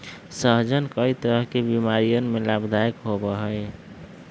सहजन कई तरह के बीमारियन में लाभदायक होबा हई